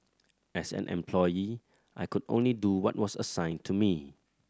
as an employee I could only do what was assigned to me